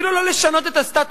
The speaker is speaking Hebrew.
אפילו לא לשנות את הסטטוס-קוו,